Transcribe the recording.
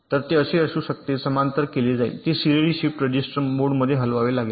तर ते असू शकते समांतर केले जाईल ते सिरीली शिफ्ट रजिस्टर मोडमध्ये हलवावे लागेल